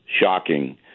shocking